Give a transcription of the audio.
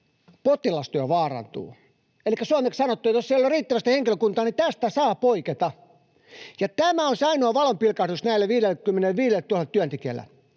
potilastyö vaarantuu. Elikkä suomeksi sanottuna: jos ei ole riittävästi henkilökuntaa, niin tästä saa poiketa, ja tämä on se ainoa valonpilkahdus näille 55 000 työntekijälle.